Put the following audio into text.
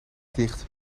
dicht